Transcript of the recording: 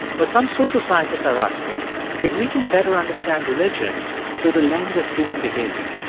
but some social scientists are asking if we can better understand religion through the lens of human behavior.